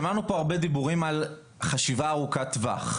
שמענו פה הרבה דיבורים על חשיבה ארוכת טווח.